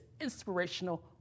inspirational